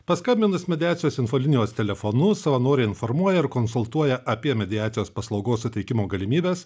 paskambinus mediacijos infolinijos telefonu savanoriai informuoja ir konsultuoja apie mediacijos paslaugos suteikimo galimybes